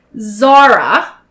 Zara